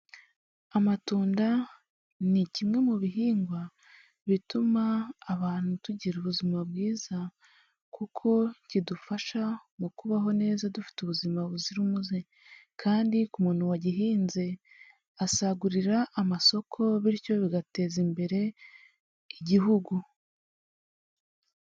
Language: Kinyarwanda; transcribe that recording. Amatunda ni kimwe mu bihingwa bituma abantu tugira ubuzima bwiza, kuko kidufasha mu kubaho neza dufite ubuzima buzira umuze. Kandi ku muntu wagihinze asagurira amasoko bityo bigateza imbere Igihugu.